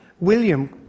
William